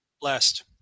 Blessed